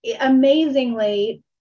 amazingly